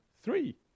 three